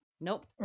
Nope